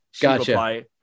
gotcha